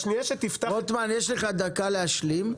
רוטמן יש לך דקה להשלים,